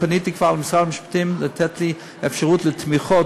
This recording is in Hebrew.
ופניתי כבר למשרד המשפטים לתת לי אפשרות לתמיכות,